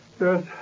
Yes